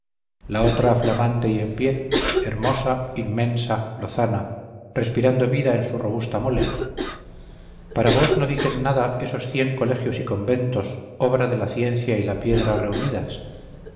la otra flamante y en pie hermosa inmensa lozana respirando vida en su robusta mole para vos no dicen nada esos cien colegios y conventos obra de la ciencia y la piedra reunidas